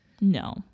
No